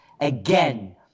Again